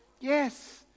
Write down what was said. Yes